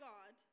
God